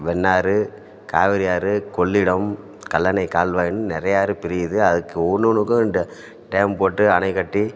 வெண்ணாறு காவிரி ஆறு கொள்ளிடம் கல்லணை கால்வாய்னு நிறைய ஆறு பிரியுது அதுக்கு ஒன்னொன்றுக்கும் ரெண்டு டேம் போட்டு அணை கட்டி